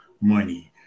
money